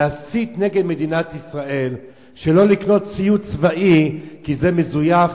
להסית נגד מדינת ישראל שלא לקנות ממנה ציוד צבאי כי זה מזויף?